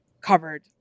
covered